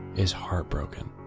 is heartbroken,